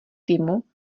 týmu